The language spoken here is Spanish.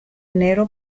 enero